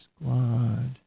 squad